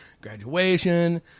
graduation